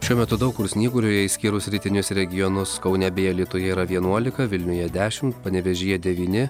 šiuo metu daug kur snyguriuoja išskyrus rytinius regionus kaune bei alytuje yra vienuolika vilniuje dešim panevėžyje devyni